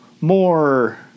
more